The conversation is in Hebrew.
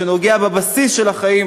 שנוגע בבסיס של החיים